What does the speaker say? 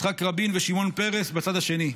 יצחק רבין ושמעון פרס בצד השני.